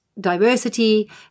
diversity